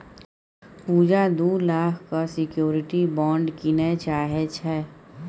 पुजा दु लाखक security bond कीनय चाहै छै